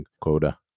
Coda